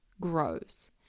grows